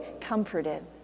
comforted